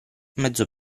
mezzo